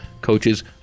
coaches